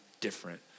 different